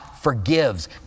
forgives